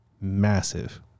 massive